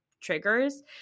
triggers